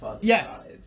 Yes